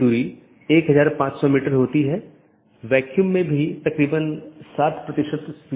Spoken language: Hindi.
अगर हम पिछले व्याख्यान या उससे पिछले व्याख्यान में देखें तो हमने चर्चा की थी